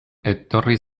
etorri